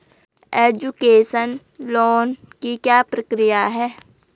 Education loan की क्या प्रक्रिया है?